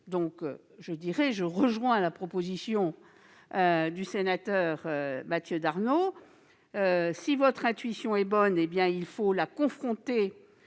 concernés. Je rejoins donc la proposition du sénateur Mathieu Darnaud : si votre intuition est bonne, il faut la confronter